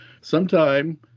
sometime